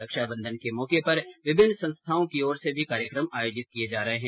रक्षाबंधन के मौके पर विभिन्न संस्थानों की ओर से भी कार्यक्रम आयोजित किये जा रहे हैं